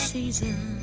Season